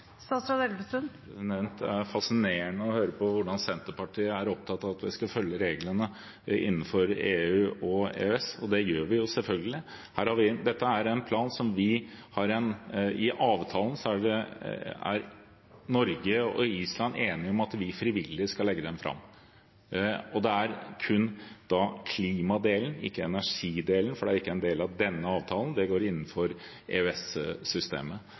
er fascinerende å høre hvor opptatt Senterpartiet er av at vi skal følge reglene innenfor EU og EØS, og det gjør vi jo, selvfølgelig. Dette er en plan som Norge og Island i avtalen er enige om at vi frivillig skal legge fram. Det gjelder da kun klimadelen – ikke energidelen, for den er ikke en del av denne avtalen, den går innenfor